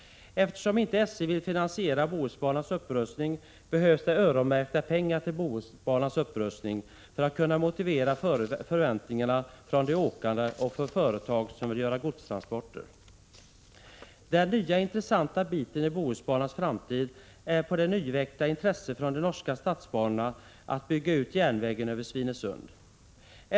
Eftersom inte SJ vill finansiera Bohusbanans upprustning, behövs det öronmärkta pengar till Bohusbanans upprustning för att kunna motivera förväntningarna från de åkande och från företag som vill göra godstransporter. Det nya intressanta inslaget i Bohusbanans framtid är det nyväckta intresset från de norska statsbanorna att bygga ut järnvägen över Svinesund.